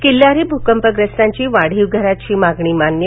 किल्लारी भुकंपग्रस्तांची वाढीव घराची मागणी मान्य